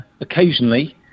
occasionally